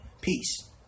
peace